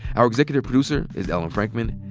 our executive producer is ellen frankman.